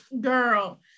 Girl